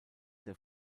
der